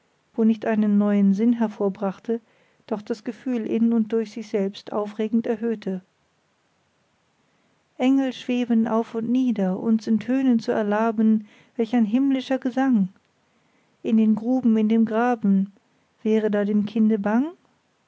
wo nicht einen neuen sinn hervorbrachte doch das gefühl in und durch sich selbst aufregend erhöhte engel schweben auf und nieder uns in tönen zu erlaben welch ein himmlischer gesang in den gruben in dem graben wäre da dem kinde bang